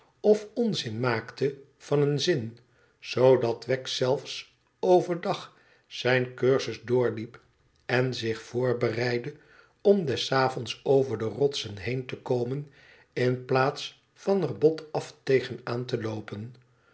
of onzin maakte van een zin zoodat wegg zelfs over dag zijn cursus doorliep en zich voorbereidde om des avonds over de rotsen heen te komen in plaats van er bot af tegen aan te loopen